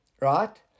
Right